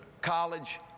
college